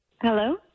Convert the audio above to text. Hello